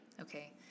Okay